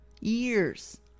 Years